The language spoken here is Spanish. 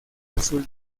azul